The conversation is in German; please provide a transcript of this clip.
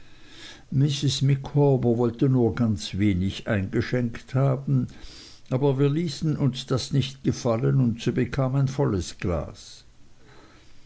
micawber wollte nur ganz wenig eingeschenkt haben aber wir ließen uns das nicht gefallen und sie bekam ein volles glas